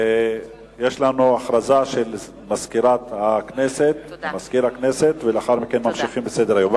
חברי חברי הכנסת, נאפשר לחבר הכנסת ישראל חסון,